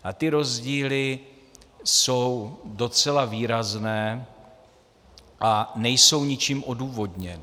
A ty rozdíly jsou docela výrazné a nejsou ničím odůvodněny.